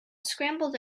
scrambled